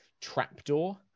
trapdoor